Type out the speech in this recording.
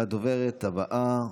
הדוברת הבאה,